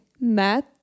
Math